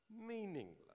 meaningless